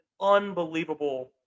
unbelievable